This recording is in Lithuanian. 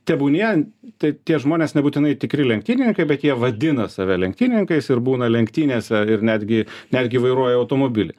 tebūnie tai tie žmonės nebūtinai tikri lenktynininkai bet jie vadina save lenktynininkais ir būna lenktynėse ir netgi netgi vairuoja automobilį